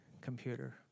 computer